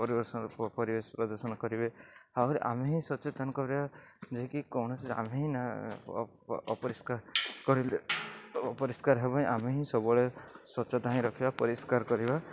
ପରିବେଶ ପରିବେଶ ପ୍ରଦୂଷଣ କରିବେ ଆହୁରି ଆମେ ହିଁ ସଚେତନ କରିବା ଯିଏକି କୌଣସି ଆମେ ହିଁ ଅପରିଷ୍କାର କରିଲେ ଅପରିଷ୍କାର ହେବେ ଆମେ ହିଁ ସବୁବେଳେ ସ୍ଵଚ୍ଛତା ହିଁ ରଖିବା ପରିଷ୍କାର କରିବା